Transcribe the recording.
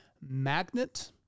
magnet